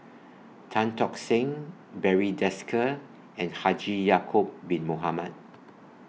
Tan Tock Seng Barry Desker and Haji Ya'Acob Bin Mohamed